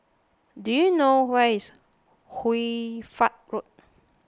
do you know where is Hoy Fatt Road